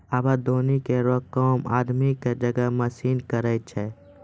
आबे दौनी केरो काम आदमी क जगह मसीन करै छै